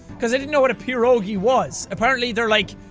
because i didn't know what a pirogi was. apparently they're like,